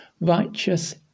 righteous